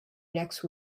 next